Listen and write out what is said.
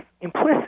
implicit